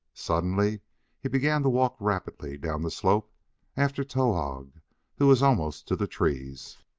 suddenly he began to walk rapidly down the slope after towahg who was almost to the trees.